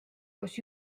koos